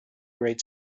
great